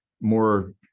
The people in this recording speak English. more